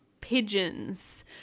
pigeons